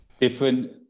different